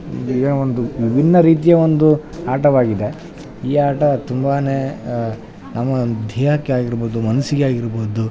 ಇದೇನೋ ಒಂದು ವಿಭಿನ್ನ ರೀತಿಯ ಒಂದು ಆಟವಾಗಿದೆ ಈ ಆಟ ತುಂಬಾ ನಮ್ಮ ದೇಹಕ್ಕೆ ಆಗಿರ್ಬೌದು ಮನಸ್ಸಿಗೆ ಆಗಿರ್ಬೌದು